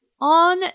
On